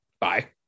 Bye